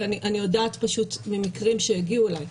אני יודעת פשוט ממקרים שהגיעו אליי,